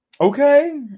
Okay